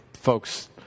folks